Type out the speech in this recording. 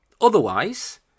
Otherwise